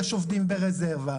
יש עובדים ברזרבה.